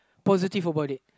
positive about it